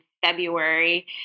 February